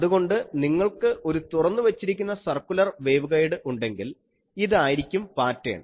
അതുകൊണ്ട് നിങ്ങൾക്ക് ഒരു തുറന്നുവച്ചിരിക്കുന്ന സർക്കുലർ വേവ്ഗൈഡ് ഉണ്ടെങ്കിൽ ഇതായിരിക്കും പാറ്റേൺ